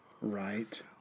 Right